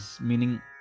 meaning